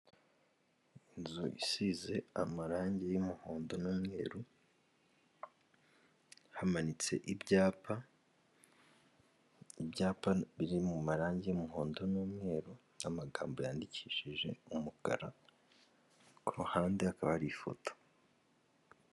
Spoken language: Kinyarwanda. Inzu isize amarangi y'umuhondo n'umweru hamanitse ibyapa, ibyapa biri mu mu marangi y'umuhondo n'umweru n'amagambo yandikishije umukara, ku ruhande hakaba hari ifoto.